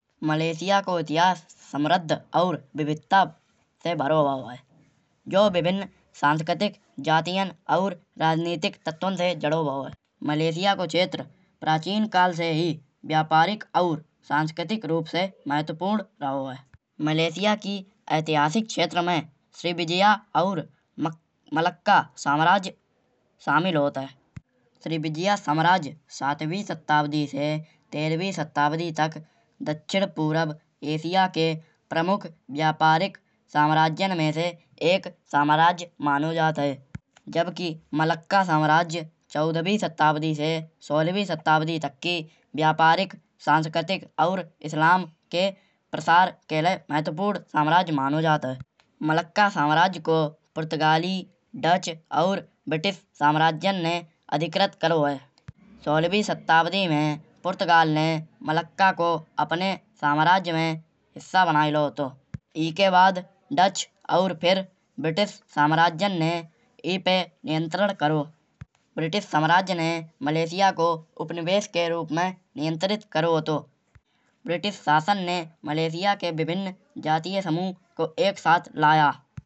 मलेशिया को इतिहास समृद्ध और विविधता से भरौ भरो है। जौ विभिन्न सांस्कृतिक जातियाँ और राजनीतिक तत्वन से जुड़ौ भरो है। मलेशिया को क्षेत्र प्राचीन काल से ही व्यापारिक और सांस्कृतिक रूप से महत्वपूर्ण रहौ है। मलेशिया की ऐतिहासिक क्षेत्र में श्रीविजय और मलक्का साम्राज्य शामिल होत है। श्रीविजय साम्राज्य सातवीं सदी से तेरहवीं सदी तक दक्षिण पूर्व एशिया के प्रमुख व्यापारिक साम्राज्यन में से एक साम्राज्य मानौ जात है। जबकि मलक्का साम्राज्य चौदहवीं सदी से सोलहवीं सदी तक तक की व्यापारिक सांस्कृतिक और इस्लाम के प्रचार के लाये महत्वपूर्ण साम्राज्य मानौ जात है। मलक्का साम्राज्य को पुर्तगाली डच और ब्रिटिश साम्राज्यन ने अधिग्रत करौ है। सोलहवीं सदी में पुर्तगाल ने मलक्का को अपने साम्राज्य में हिस्सा बनाए लायौ होतौ। ईके बाद डच और फिर ब्रिटिश साम्राज्यन ने ईपे नियंत्रण करौ। ब्रिटिश साम्राज्य मने मलेशिया को उपनिवेश के रूप में नियंत्रित करौ होतौ। ब्रिटिश शासन ने मलेशिया के विभिन्न जातीय समूह को एक साथ लायौ।